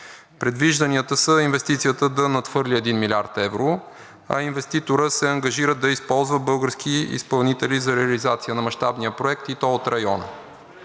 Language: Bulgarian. Предвижданията са инвестицията да надхвърли един милиард евро, а инвеститорът се ангажира да използва български изпълнители за реализация на мащабния проект, и то от района.